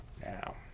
now